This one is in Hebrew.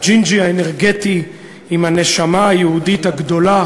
הג'ינג'י האנרגטי עם הנשמה היהודית הגדולה